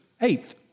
eighth